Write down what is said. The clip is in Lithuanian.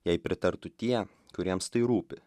jai pritartų tie kuriems tai rūpi